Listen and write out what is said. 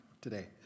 today